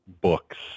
books